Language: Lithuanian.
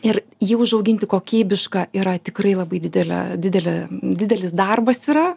ir jį užauginti kokybišką yra tikrai labai didelė didelė didelis darbas yra